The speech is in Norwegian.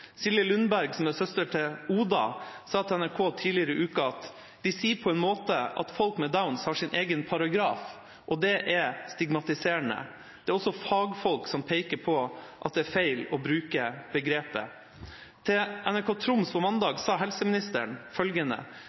Silje Lundberg, som er søster til Oda, sa til NRK tidligere i uka: «De sier på en måte at folk med downs har sin egen paragraf, og det er stigmatiserende.» Det er også fagfolk som peker på at det er feil å bruke begrepet. Til NRK Troms sa helseministeren på mandag følgende: